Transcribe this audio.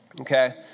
okay